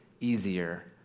easier